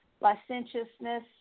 licentiousness